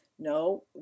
No